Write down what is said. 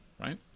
right